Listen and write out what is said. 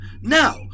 Now